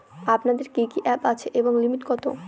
আপনাদের কি কি অ্যাপ আছে এবং লিমিট কত?